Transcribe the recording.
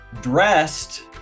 dressed